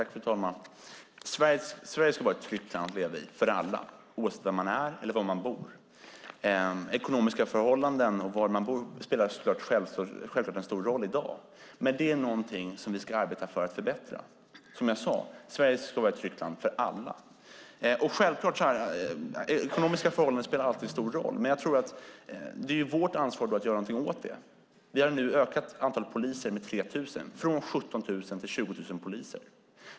Fru talman! Sverige ska vara ett tryggt land att leva i för alla, oavsett vad man är eller var man bor. Ekonomiska förhållanden och var man bor spelar självklart en stor roll i dag. Men det är någonting som vi ska arbeta för att förbättra. Som jag sade ska Sverige vara ett tryggt land för alla. Självklart spelar ekonomiska förhållanden alltid en stor roll, men det är ju vårt ansvar att göra någonting åt det. Vi har nu ökat antalet poliser med 3 000, från 17 000 till 20 000 poliser.